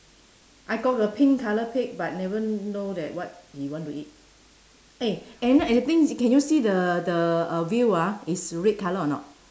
I got a pink colour pig but never know that what he want to eat eh and another thing can you see the the uh view ah is red colour or not